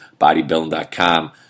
Bodybuilding.com